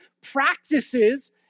practices